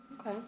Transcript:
Okay